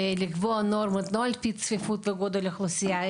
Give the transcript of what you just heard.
ולקבוע נורמות לא על פי צפיפות וגודל האוכלוסייה,